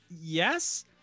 yes